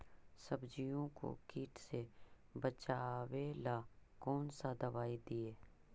सब्जियों को किट से बचाबेला कौन सा दबाई दीए?